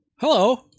hello